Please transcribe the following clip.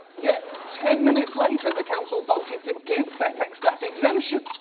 yet, ten minutes later, the council voted to give fedex that exemption.